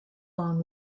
long